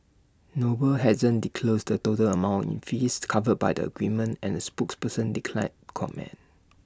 noble hasn't disclosed the total amount in fees covered by the agreement and A spokesperson declined to comment